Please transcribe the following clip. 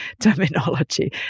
terminology